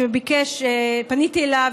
פניתי אליו,